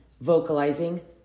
vocalizing